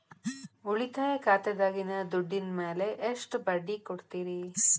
ಉಳಿತಾಯ ಖಾತೆದಾಗಿನ ದುಡ್ಡಿನ ಮ್ಯಾಲೆ ಎಷ್ಟ ಬಡ್ಡಿ ಕೊಡ್ತಿರಿ?